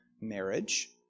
marriage